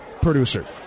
producer